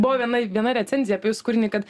buvo viena viena recenzija apie jus kūrinį kad